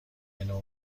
منو